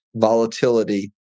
volatility